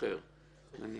2(ב);